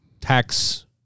tax